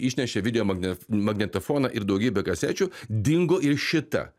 išnešė video magne magnetofoną ir daugybę kasečių dingo ir šita